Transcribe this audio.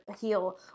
heal